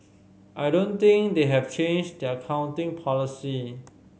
I don't think they have changed their accounting policy